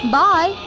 bye